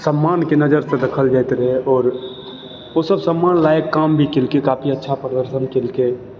सम्मानके नजरसँ देखल जाइत रहय आओर उ सभ सम्मान लायक काम भी कयलकइ काफी अच्छा प्रदर्शन कयलकइ